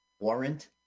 Warrant